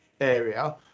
area